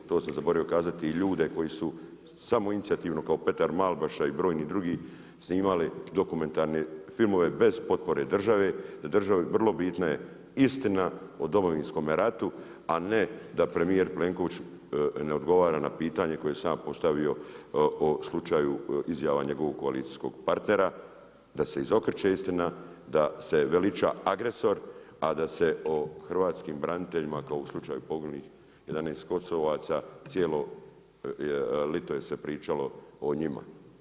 To sam zaboravio kazati i ljude koji su samoinicijativno kao Petar Malbaša i brojni drugi snimali dokumentarne filme bez potpore države, da je državi vrlo bitna istina o Domovinskome ratu, a ne da premjer Plenković ne odgovara na pitanje koje je sam postavio o slučaju izjava njegovog koalicijskog partnera, da se izokreće istina, da se veliča agresor, a da se o hrvatskim braniteljima, kao u slučaju poginulih, 11 Kosovaca, cijelo ljeto je se pričao o njima.